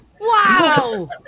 Wow